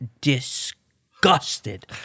disgusted